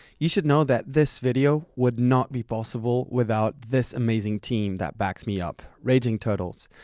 you should know that this video would not be possible without this amazing team that backs me up raging turtles.